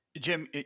Jim